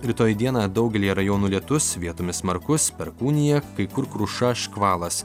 rytoj dieną daugelyje rajonų lietus vietomis smarkus perkūnija kai kur kruša škvalas